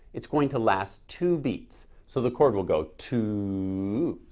it's going to last two beats. so the chord will go two,